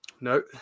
No